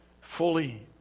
fully